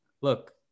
look